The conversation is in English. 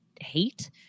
hate